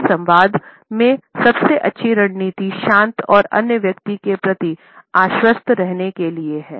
इस संवाद में सबसे अच्छी रणनीति शांत और अन्य व्यक्ति के प्रति आश्वस्त रहने के लिए हैं